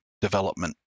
development